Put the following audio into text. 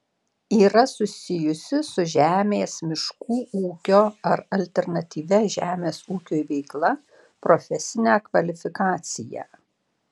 yra susijusi su žemės miškų ūkio ar alternatyvia žemės ūkiui veikla profesinę kvalifikaciją